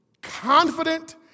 confident